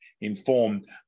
informed